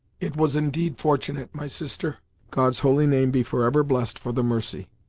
it was indeed fortunate, my sister god's holy name be forever blessed for the mercy!